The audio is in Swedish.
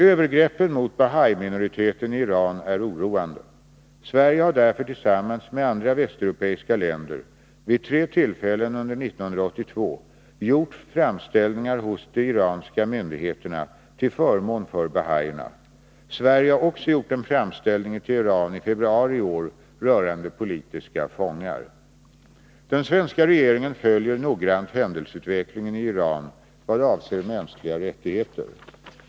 Övergreppen mot bahai-minoriteten i Iran är oroande. Sverige har därför tillsammans med andra västeuropeiska länder vid tre tillfällen under 1982 gjort framställningar hos de iranska myndigheterna till förmån för bahaierna. Sverige har också gjort en framställning i Teheran i februari i år rörande politiska fångar. Den svenska regeringen följer noggrant händelseutvecklingen i Iran vad avser mänskliga rättigheter.